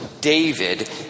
David